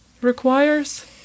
requires